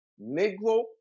Negro